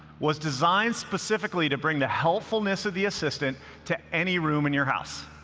was designed specifically to bring the helpfulness of the assistant to any room in your house.